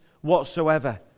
whatsoever